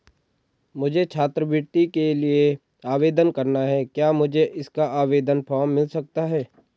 मुझे छात्रवृत्ति के लिए आवेदन करना है क्या मुझे इसका आवेदन फॉर्म मिल सकता है?